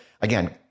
again